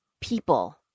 people